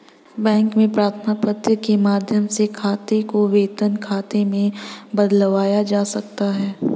bank में प्रार्थना पत्र के माध्यम से खाते को वेतन खाते में बदलवाया जा सकता है